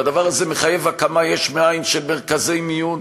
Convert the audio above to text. והדבר הזה מחייב הקמה יש מאין של מרכזי מיון,